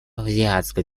азиатско